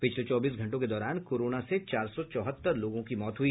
पिछले चौबीस घंटों के दौरान कोरोना से चार सौ चौहत्तर लोगों की मौत हुई